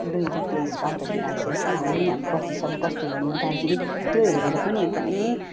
दुई हजार तेइसको अन्ततिर आइ सक्यौँ हामी अब पच्चिससम्म कस्तो हुने हो दार्जिलिङ त्यो हेरेर पनि एकदमै